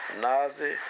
Nazi